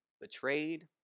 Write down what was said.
betrayed